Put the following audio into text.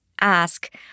ask